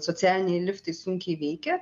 socialiniai liftai sunkiai veikia